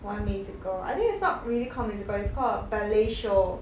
one musical I think it's not really called musical it's called a ballet show